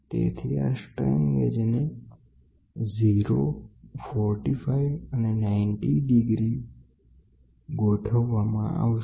તેથી આ strain gauge ને 0 45 અને 90 ડીગ્રી ગોઠવવામાં આવશે